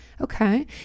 Okay